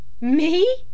Me